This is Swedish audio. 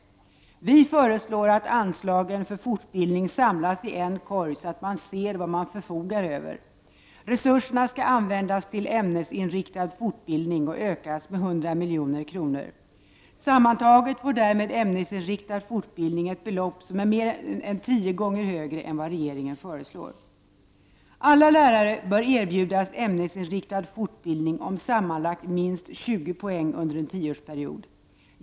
Vi föreslår att ansla gen för fortbildningen samlas i en korg, så att man ser vad man förfogar över. Resurserna skall användas till ämnesinriktad fortbildning och ökas med 100 milj.kr. Sammantaget får därmed ämnesinriktad fortbildning ett belopp som är mer än tio gånger högre än vad regeringen föreslår. Alla lärare bör erbjudas ämnesinriktad fortbildning om sammanlagt minst 20 poäng under en tioårsperiod.